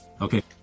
okay